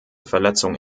verletzung